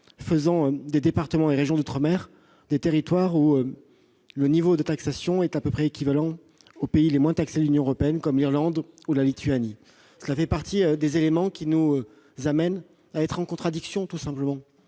faisant des départements et régions d'outre-mer des territoires où le niveau de taxation est à peu près équivalent à celui des pays les moins taxés de l'Union européenne, comme l'Irlande ou la Lituanie. Cela fait partie des éléments qui nous amènent à ne pas être d'accord, je le